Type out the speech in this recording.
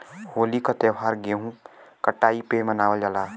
होली क त्यौहार गेंहू कटाई पे मनावल जाला